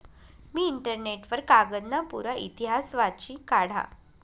मी internet वर कागदना पुरा इतिहास वाची काढा